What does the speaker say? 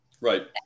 Right